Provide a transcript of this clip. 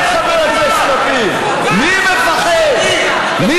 מי מפחד, חבר הכנסת לפיד?